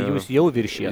jūs jau viršija